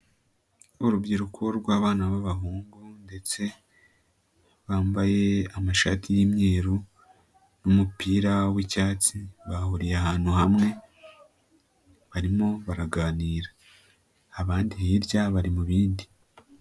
Urubyiruko rw'abana b'abahungu ndetse bambaye amashati y'imweru, umupira w'icyatsi, bahuriye ahantu hamwe barimo baraganira, abandi hirya bari mubindi.